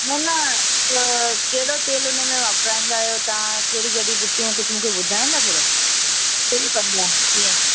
न न त कहिड़ो तेल उन में वापराईंदा आहियो तव्हांं कहिड़ी जड़ी बूटियूं मूंखे कुझु मूंखे ॿुधाईंदव थोरो कमियूं आहिनि कीअं